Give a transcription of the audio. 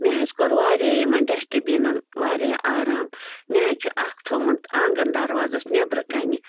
مےٚ حظ کوٚر وارِیاہ ِیِمن دشٹہٕ بِنن وارِیاہ آرام مےٚ حظ چھُ اَکھ تھومُت آنٛگن دروازس نٮ۪برٕ کَنہِ